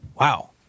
Wow